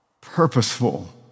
purposeful